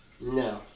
No